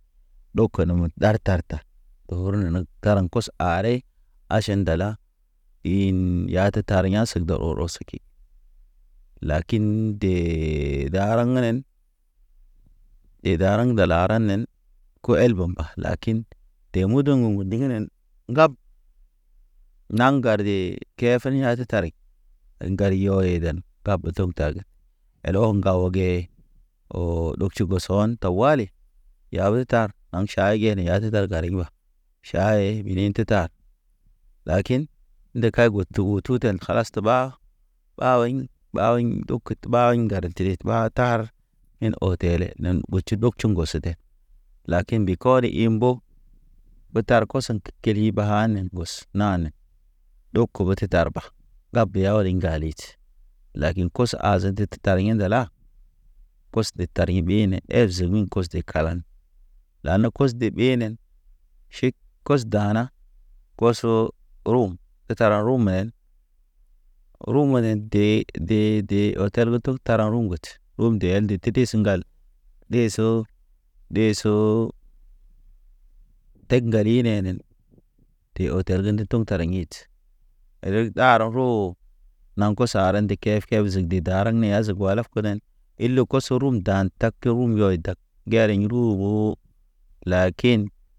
Ɗow ken me ɗar tarta oro neneg garaŋ kos are, aʃen ndala in ya te tar ya̰ seg dɔ ɔ ɔr seke. Lakin dee daraŋ ŋgenen, ɗe daraŋ de lareŋ nen. Ko el mba lakin de mudun ŋgu-ŋgu ndignen, ŋgab. Naŋ ŋgare kefene a te tarek ŋgaryo eden tab tog tage. El o ŋgaw ege oo ɗog tʃibo sewan, tawali. Ya ho tar, naŋ ʃayge ne ya te tar gariŋ wa. Ʃaye bineyti ta, lakin, nde kay gud tu utu ten kalas te ɓa ɓa wayɲ, ɓa wayɲ ndo kete ɓa. Te ɓa ŋgar dere te ɓa tar In oo tele, ne butʃi buk tʃu ŋgɔ se de, lakin mbi kɔri in mbo ɓe tar kɔsen ke keli ɓahanen ŋgos nanen. Ɗob kobo te tar ba, dab ɓe ya ɓa le ŋgalit. Lakin koso azen te tar yin dela kos de tar ḭ ɓe ne er zemi kos de kalane. Lana kos de ɓenen, ʃek kosdana, kosorum te tara rum men. Rumu nen dee- dee- dee, tara ru ŋget rum nde ya nde teti si ŋgal, Ɗe so, ɗe soo teg ŋgaline nen te o tar ŋgetɔŋ tara ɲit. Reg ɗarɔ ro, naŋ kɔsɔ ara ndi kef- kef, kef zig de dara neya ze gwalaf kenen ile kosorum dan tak ke rum yɔy dak gɛriŋ ru bo lakin.